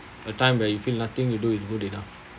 a time where you feel nothing you do is good enough